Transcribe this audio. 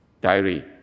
diary